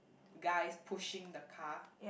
guys pushing the car